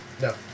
No